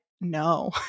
no